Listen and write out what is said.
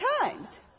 times